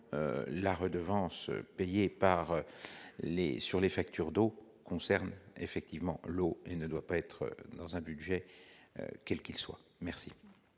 la redevance payée par les sur les factures d'eau concerne effectivement l'eau, il ne doit pas être dans un budget, quel qu'il soit, merci.